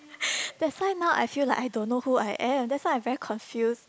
that's why now I feel like I don't know who I am that's why I very confuse